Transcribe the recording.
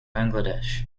bangladesh